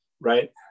right